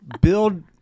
Build